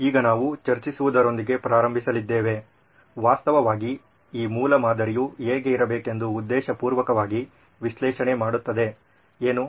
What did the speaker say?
ಈಗ ನಾವು ಚರ್ಚಿಸುವುದರೊಂದಿಗೆ ಪ್ರಾರಂಭಿಸಲಿದ್ದೇವೆ ವಾಸ್ತವವಾಗಿ ಈ ಮೂಲಮಾದರಿಯು ಹೇಗೆ ಇರಬೇಕೆಂದು ಉದ್ದೇಶ ಪೂರ್ವಕವಾಗಿ ವಿಶ್ಲೇಷಣೆ ಮಾಡುತ್ತದೆ ಏನು